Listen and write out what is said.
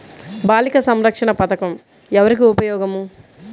బాలిక సంరక్షణ పథకం ఎవరికి ఉపయోగము?